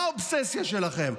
מה האובססיה שלכם?